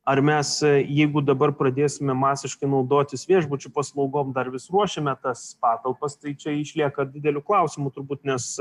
ar mes jeigu dabar pradėsime masiškai naudotis viešbučių paslaugom dar vis ruošiame tas patalpas tai čia išlieka didelių klausimų turbūt nes